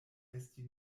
esti